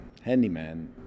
handyman